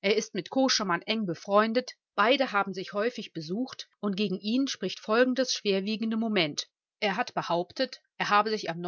er ist mit koschemann eng befreundet beide haben sich häufig besucht und gegen ihn spricht folgendes schwerwiegende moment er hat behauptet er habe sich am